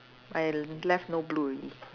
I left no blue already